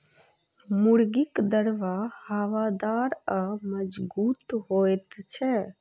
मुर्गीक दरबा हवादार आ मजगूत होइत छै